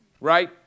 right